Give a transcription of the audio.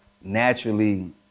naturally